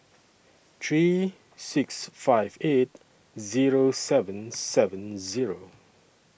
three six five eight Zero seven seven Zero